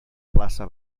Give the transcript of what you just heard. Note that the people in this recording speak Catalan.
plaça